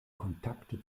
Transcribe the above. kontakte